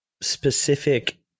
specific